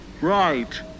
Right